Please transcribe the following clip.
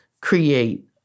create